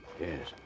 Yes